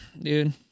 dude